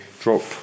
drop